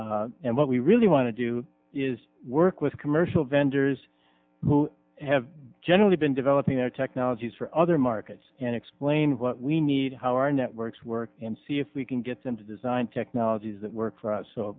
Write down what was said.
affordable and what we really want to do is work with commercial vendors who have generally been developing their technologies for other markets and explain what we need how our networks work and see if we can get them to design technologies that work for us so